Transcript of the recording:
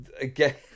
again